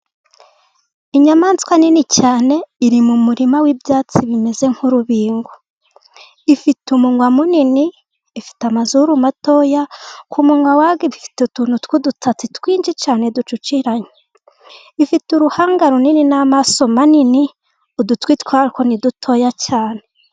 Inyamaswa nini cyane iri mu murima w'ibyatsi bimeze nk'urubingo. Ifite umunwa munini, ifite amazuru matoya. Ku munwa wayo ifite utuntu tw'udusatsi twinshi cyane ducucitse. Ifite uruhanga runini n'amaso manini, udutwi twayo ni dutoya cyane.